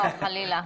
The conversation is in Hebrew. לא, חלילה.